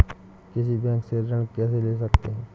किसी बैंक से ऋण कैसे ले सकते हैं?